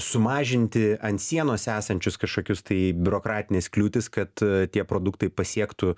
sumažinti ant sienos esančius kažkokius tai biurokratines kliūtis kad tie produktai pasiektų